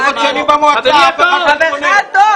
20 שנים הוא במועצה ואף אחד לא התלונן.